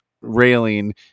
railing